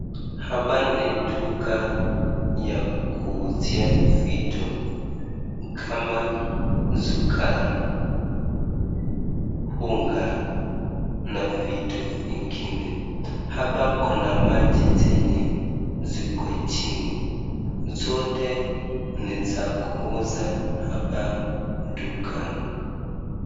Hapa ni duka ya kuuzia vitu ni kama sukari, unga na vitu vingine. Hapa kuna maji zenye ziko chini zote ni za kuuza hapa dukani.